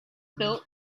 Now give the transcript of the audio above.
built